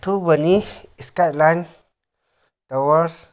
ꯑꯊꯨꯕꯅꯤ ꯏꯁꯀꯥꯏ line towers